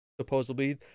supposedly